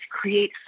create